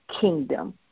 kingdom